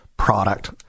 Product